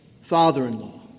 father-in-law